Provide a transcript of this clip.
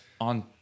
on